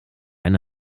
eine